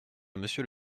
monsieur